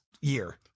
year